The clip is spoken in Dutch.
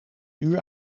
uur